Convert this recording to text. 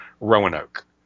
Roanoke